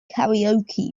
karaoke